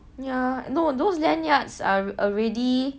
ya no those lanyards are already